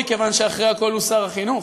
מכיוון שאחרי הכול הוא שר החינוך,